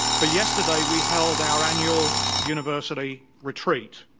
but yesterday we held our annual university retreat.